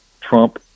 Trump